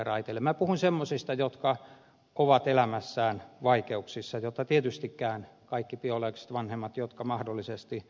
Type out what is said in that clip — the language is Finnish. minä puhun semmoisista jotka ovat elämässään vaikeuksissa ja tietystikään kaikkia biologisia vanhempia jotka mahdollisesti